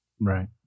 Right